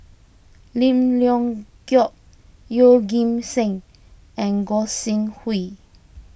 Lim Leong Geok Yeoh Ghim Seng and Gog Sing Hooi